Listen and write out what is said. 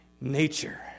nature